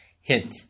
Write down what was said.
hint